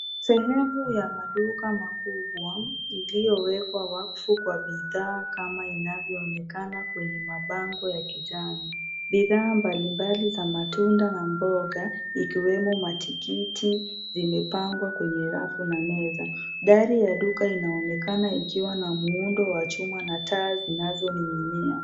Sehemu ya maduka makubwa iliyowekwa wakfu kwa bidhaa kama inavyoonekana kwenye mabango ya kijani. Bidhaa mbalimbali za matunda na mboga, ikiwemo matikiti, zimepangwa kwenye rafu na meza. Dari ya duka inaonekana ikiwa na muundo wa chuma na taa zinazoning'inia.